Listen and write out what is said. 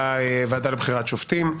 הוועדה לבחירת שופטים.